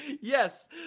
Yes